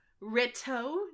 Rito